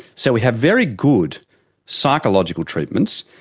so we have very good psychological treatments,